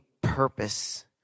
purpose